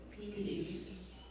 peace